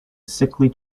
sickly